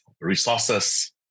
resources